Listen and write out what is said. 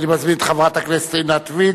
אני מזמין את חברת הכנסת עינת וילף.